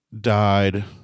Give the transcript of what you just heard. died